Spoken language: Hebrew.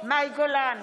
מאי גולן,